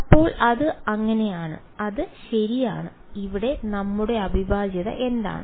അപ്പോൾ അത് അങ്ങനെയാണ് അത് ശരിയാണ് ഇവിടെ നമ്മുടെ അവിഭാജ്യത എന്താണ്